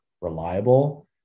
reliable